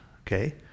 okay